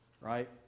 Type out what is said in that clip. right